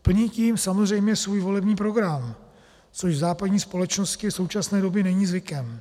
Plní tím samozřejmě svůj volební program, což v západní společnosti v současné době není zvykem.